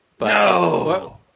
No